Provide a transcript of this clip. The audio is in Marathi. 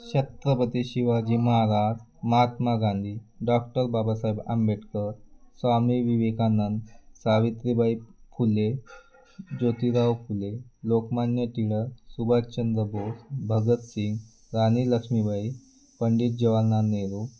छत्रपती शिवाजी महाराज महात्मा गांधी डॉक्टर बाबासाहेब आंबेडकर स्वामी विवेकानंद सावित्रीबाई फुले ज्योतिराव फुले लोकमान्य टिळक सुभाषचंद्र बोस भगतसिंग राणी लक्ष्मीबाई पंडित जवाहरलाल नेहरू